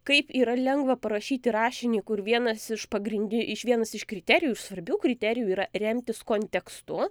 kaip yra lengva parašyti rašinį kur vienas iš pagrindi iš vienas iš kriterijų ir svarbių kriterijų yra remtis kontekstu